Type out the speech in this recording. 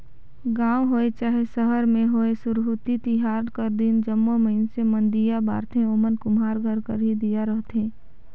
गाँव होए चहे सहर में होए सुरहुती तिहार कर दिन जम्मो मइनसे मन दीया बारथें ओमन कुम्हार घर कर ही दीया रहथें